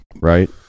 Right